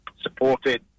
supported